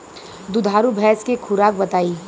दुधारू भैंस के खुराक बताई?